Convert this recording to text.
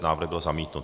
Návrh byl zamítnut.